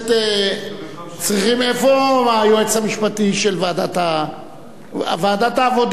איפה היועץ המשפטי של ועדת העבודה?